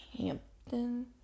Hampton